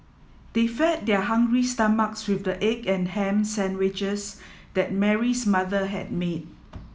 they fed their hungry stomachs with the egg and ham sandwiches that Mary's mother had made